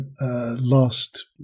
last